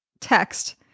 Text